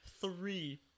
three